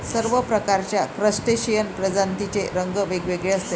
सर्व प्रकारच्या क्रस्टेशियन प्रजातींचे रंग वेगवेगळे असतात